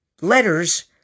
letters